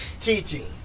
teaching